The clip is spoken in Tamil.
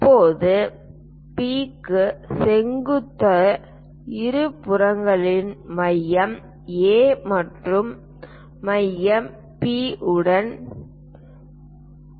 இப்போது P க்கு செங்குத்து இருபுறங்களில் மையம் A மற்றும் மைய P உடன் தொடங்குவோம்